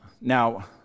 Now